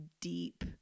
deep